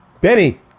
Benny